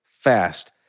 fast